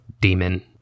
demon